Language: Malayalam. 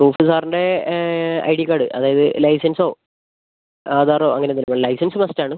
പ്രൂഫ് സാറിൻ്റെ ഐ ഡി കാർഡ് അതായത് ലൈസൻസോ ആധാറോ അങ്ങനെ എന്തെങ്കിലും മതി ലൈസൻസ് മസ്റ്റ് ആണ്